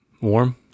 Warm